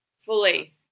Fully